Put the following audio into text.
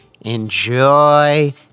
Enjoy